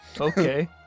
Okay